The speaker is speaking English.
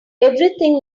everything